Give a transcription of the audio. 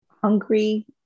hungry